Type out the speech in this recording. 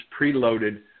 preloaded